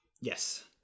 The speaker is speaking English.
Yes